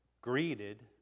greeted